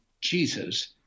Jesus